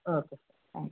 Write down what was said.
okay thank you